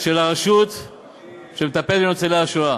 של הרשות שמטפלת בניצולי השואה.